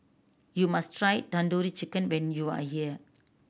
you must try Tandoori Chicken when you are here